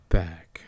back